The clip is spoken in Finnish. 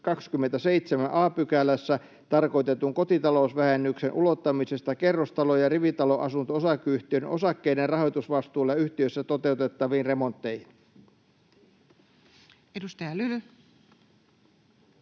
127 a §:ssä tarkoitetun kotitalousvähennyksen ulottamisesta kerrostalo- ja rivitaloasunto-osakeyhtiöiden osakkaiden rahoitusvastuulla yhtiöissä toteutettaviin remontteihin.” [Speech 151]